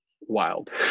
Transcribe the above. wild